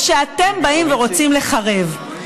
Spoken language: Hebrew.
ושאתם באים ורוצים לחרב.